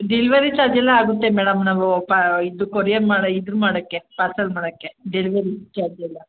delivery charge ಎಲ್ಲ ಆಗುತ್ತೆ madam ನಾವು ಪಾ ಇದ್ದು ಕೊರಿಯರ್ ಮಾಡಿ ಇದನ್ನು ಮಾಡೋಕ್ಕೆ ಪಾರ್ಸಲ್ ಮಾಡೋಕ್ಕೆ ಡೆಲ್ವರಿ ಚಾರ್ಜ್ ಎಲ್ಲ